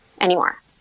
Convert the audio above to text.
anymore